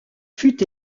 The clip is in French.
fut